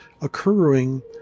occurring